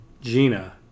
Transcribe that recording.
Gina